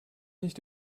nicht